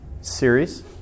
series